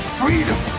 freedom